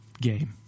game